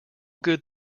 good